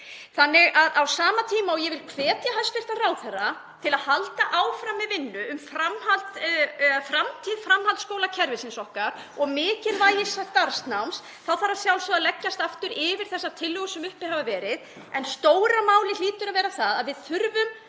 Á sama tíma og ég vil hvetja hæstv. ráðherra til að halda áfram með vinnu um framtíð framhaldsskólakerfisins okkar og mikilvægi starfsnáms þá þarf að sjálfsögðu að leggjast aftur yfir þessar tillögur sem uppi hafa verið. En stóra málið hlýtur að vera að við þurfum